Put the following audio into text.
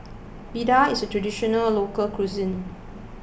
Vadai is Traditional Local Cuisine